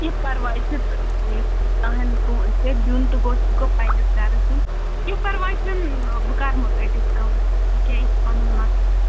کیٚنٛہہ پرواے چھُ تہٕ ژےٚ دیُن تہٕ گوٚو سُہ تہِ گوٚو پنٛنِس گَرَس دیُن کیٚنٛہہ پرواے چھُنہٕ بہٕ کرمو تۄہہِ ڈِسکاوُنٛٹ وۄنۍ کیٛاہ یہِ چھِ پَنُن مَسلَے